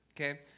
okay